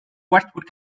westwood